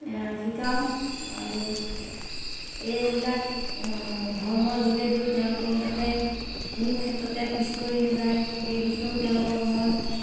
শিকাওঁ আৰু এইবিলাক ধৰ্মৰ যোগেদিও তেওঁলোকক যাতে কোনো ক্ষেত্ৰতে পিছপৰি নেযায় সেই বিষয়েও তেওঁলোকক মই